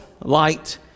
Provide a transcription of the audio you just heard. light